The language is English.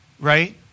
right